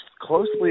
closely